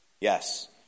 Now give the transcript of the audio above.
Yes